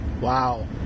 Wow